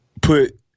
put